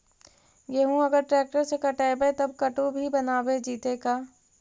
गेहूं अगर ट्रैक्टर से कटबइबै तब कटु भी बनाबे जितै का?